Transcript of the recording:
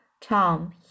Tom